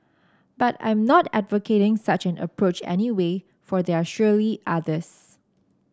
but I am not advocating such an approach anyway for there are surely others